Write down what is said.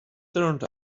turned